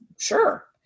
sure